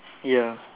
ya